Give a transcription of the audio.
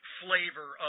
flavor